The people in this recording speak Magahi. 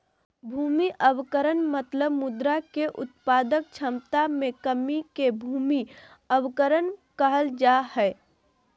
भूमि अवक्रमण मतलब मृदा के उत्पादक क्षमता मे कमी के भूमि अवक्रमण कहल जा हई